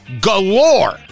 galore